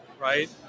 right